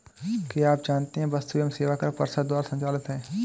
क्या आप जानते है वस्तु एवं सेवा कर परिषद द्वारा संचालित है?